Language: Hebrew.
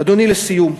אדוני, לסיום,